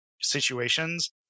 situations